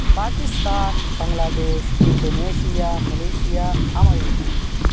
Pakistan Bangladesh Indonesia Malaysia America